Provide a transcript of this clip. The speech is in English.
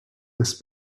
this